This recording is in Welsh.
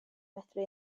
medru